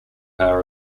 power